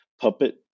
puppet